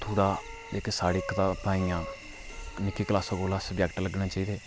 थोह्ड़ा इक साढ़ी कताबां आइयां नि'क्की क्लासां कोला सब्जेक्ट लग्गने चाहिदे